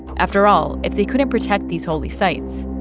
after all, if they couldn't protect these holy sites,